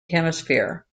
hemisphere